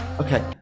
Okay